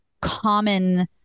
common